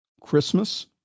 Christmas